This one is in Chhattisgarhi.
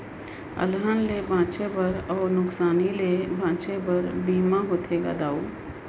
अलहन ले बांचे बर अउ नुकसानी ले बांचे बर बीमा होथे गा दाऊ